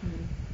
mm